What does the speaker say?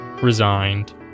Resigned